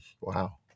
Wow